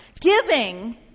Giving